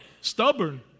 stubborn